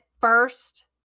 first